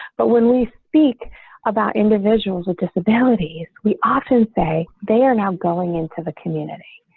but when we speak about individuals with disabilities. we often say they are now going into the community.